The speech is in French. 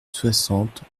soixante